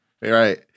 Right